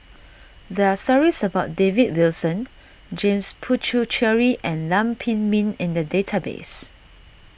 there are stories about David Wilson James Puthucheary and Lam Pin Min in the database